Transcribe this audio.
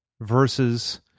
versus